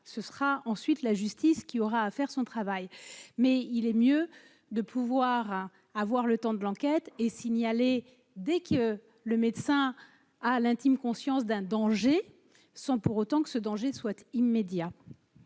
ce sera ensuite la justice qui aura à faire son travail, mais il est mieux de pouvoir avoir le temps de l'enquête est signalé dès que le médecin a l'intime conscience d'un danger, sans pour autant que ce danger souhaite immédiat.